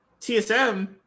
TSM